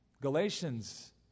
Galatians